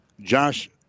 Josh